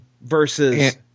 versus